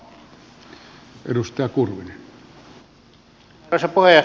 arvoisa puheenjohtaja